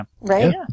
right